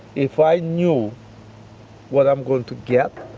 if i knew what i'm going to get,